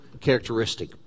characteristic